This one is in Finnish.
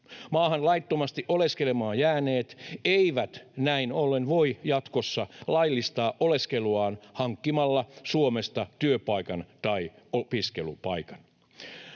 Maahan laittomasti oleskelemaan jääneet eivät näin ollen voi jatkossa laillistaa oleskeluaan hankkimalla Suomesta työpaikan tai opiskelupaikan.